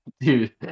Dude